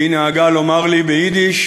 והיא נהגה לומר לי ביידיש,